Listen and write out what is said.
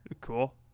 Cool